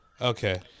Okay